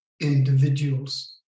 individuals